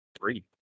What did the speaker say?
three